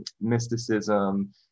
mysticism